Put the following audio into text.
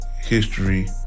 history